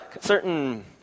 certain